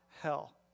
hell